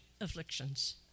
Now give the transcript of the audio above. afflictions